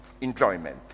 enjoyment